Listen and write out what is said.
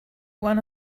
one